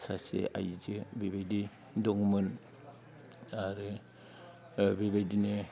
सासे आइजो बेबायदि दंमोन आरो बेबायदिनो